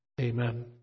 Amen